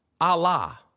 Allah